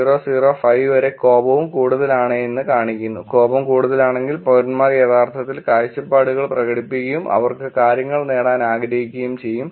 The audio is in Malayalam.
005 വരെ കോപവും കൂടുതലാണെന്ന് കാണിക്കുന്നു കോപം കൂടുതലാണെങ്കിൽ പൌരന്മാർ യഥാർത്ഥത്തിൽ കാഴ്ചപ്പാടുകൾ പ്രകടിപ്പിക്കുകയും അവർക്ക് കാര്യങ്ങൾ നേടാൻ ആഗ്രഹിക്കുകയും ചെയ്യും